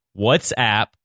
WhatsApp